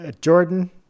Jordan